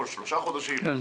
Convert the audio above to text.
בכל שלושה חודשים,